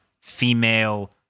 female